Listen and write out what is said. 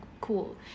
cool